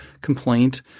complaint